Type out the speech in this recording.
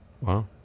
wow